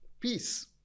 peace